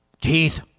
Teeth